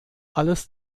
alles